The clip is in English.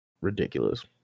ridiculous